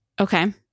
Okay